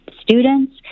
students